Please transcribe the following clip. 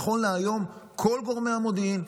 נכון להיום כל גורמי המודיעין,